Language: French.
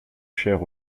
chère